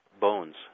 bones